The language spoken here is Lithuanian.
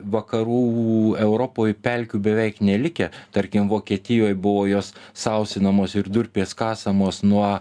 vakarų europoj pelkių beveik nelikę tarkim vokietijoj buvo jos sausinamos ir durpės kasamos nuo